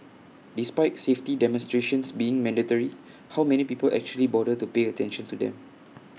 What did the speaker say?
despite safety demonstrations being mandatory how many people actually bother to pay attention to them